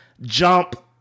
jump